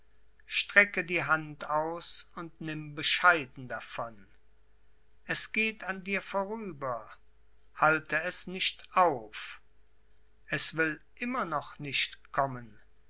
strecke die hand aus und nimm bescheiden davon es geht an dir vorüber halte es nicht auf es will immer noch nicht kommen